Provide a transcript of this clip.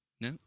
No